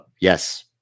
Yes